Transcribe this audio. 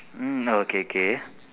mm okay okay